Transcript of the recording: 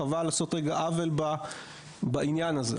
חבל לעשות עוול בעניין הזה.